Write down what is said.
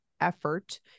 effort